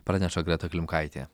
praneša greta klimkaitė